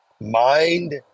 mind